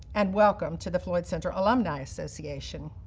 and welcome to the floyd central alumni association.